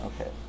Okay